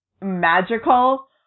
magical